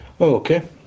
Okay